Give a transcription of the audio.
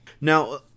Now